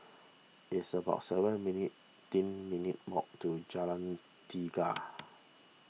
it's about seven minutes' teen minute to Jalan Tiga